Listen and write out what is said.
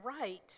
right